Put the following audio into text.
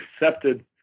accepted